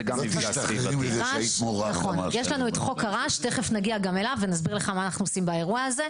חוק שמבטיח שמשרדי ממשלה וגופים נוספים,